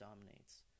dominates